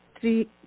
three